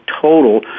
total